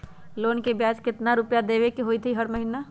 Loan के ब्याज कितना रुपैया देबे के होतइ हर महिना?